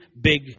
big